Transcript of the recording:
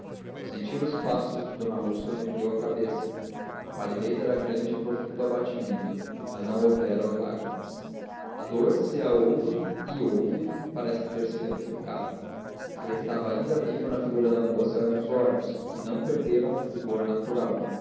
ao sentir os passos de d úrsula ergueu a cabeça a palidez era grande e profundo o abatimento mas não houvera lágrimas a dor se a houve e houve parecia ter-se petrificado o que restava ainda vivo na figura da moça eram os olhos que não perderam o fulgor natural